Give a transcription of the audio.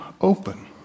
open